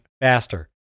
faster